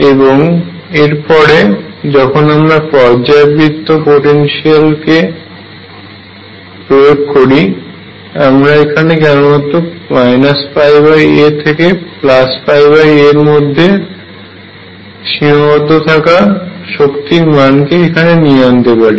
এবং এরপরে যখন আমরা পর্যায়বৃত্ত পোটেনশিয়াল কেই এখানে প্রয়োগ করি আমরা এখানে কেবলমাত্র πa থেকে πa এরমধ্যে সীমাবদ্ধ থাকা শক্তির মানকেই এখানে নিয়ে আনতে পারি